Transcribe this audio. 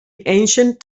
ancient